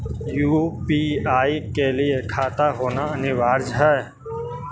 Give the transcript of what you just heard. UPI के लिए खाता होना अनिवार्य है?